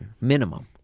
minimum